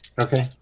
Okay